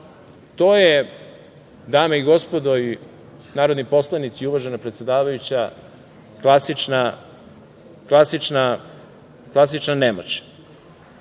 To je, dame i gospodo narodni poslanici, uvažena predsedavajuća klasična nemoć. Dakle,